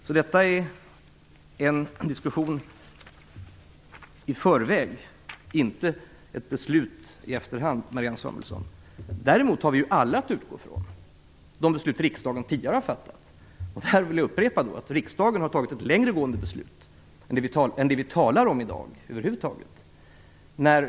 Så detta är en diskussion som förs i förväg, inte ett beslut i efterhand, Marianne Däremot har vi alla att utgå ifrån de beslut som riksdagen tidigare har fattat. Jag vill upprepa att riksdagen har fattat ett längre gående beslut än det som vi i dag talar om.